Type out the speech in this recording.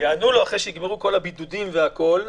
ויענו לו אחרי שייגמרו כל הבידודים והכול,